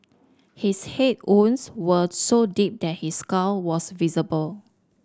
his head wounds were so deep that his skull was visible